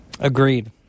Agreed